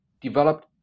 developed